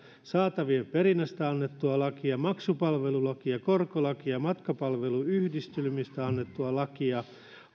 saatavien perinnästä annettua lakia maksupalvelulakia korkolakia matkapalveluyhdistelmistä annettua lakia